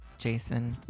Jason